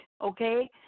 Okay